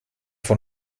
von